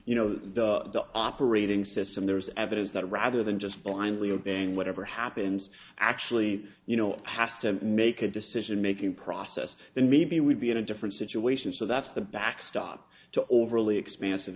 you know that the operating system there is evidence that rather than just blindly or bang whatever happens actually you know has to make a decision making process and maybe we'd be in a different situation so that's the backstop to overly expansive